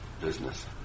business